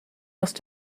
must